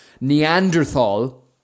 Neanderthal